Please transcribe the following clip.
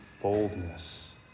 boldness